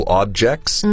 objects